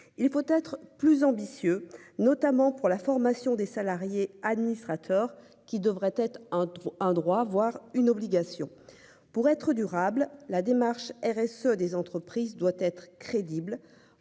il faut être plus ambitieux, notamment pour la formation des salariés, administrateurs qui devrait être entre un droit voire une obligation pour être durable, la démarche RSE des entreprises doit être crédible.